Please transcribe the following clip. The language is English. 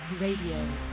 Radio